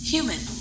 Human